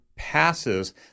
Passes